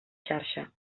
xarxa